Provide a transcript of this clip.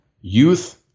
Youth